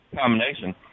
combination